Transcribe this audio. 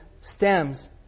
stems